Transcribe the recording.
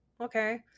Okay